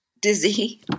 Dizzy